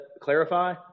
clarify